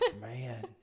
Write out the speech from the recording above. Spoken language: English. Man